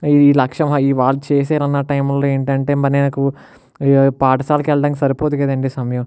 ఈ లక్ష్యం ఈ వాళ్ళుచేసారన్న టైమ్లో ఏంటంటే మరి నాకు ఈ పాఠశాలకు వెళ్ళడానికి సరిపోదు కదండి సమయం